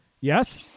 Yes